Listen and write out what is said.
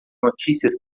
notícias